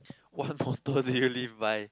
what motto do you live by